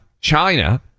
China